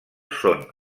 són